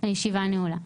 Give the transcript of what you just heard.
הישיבה נעולה.